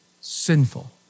sinful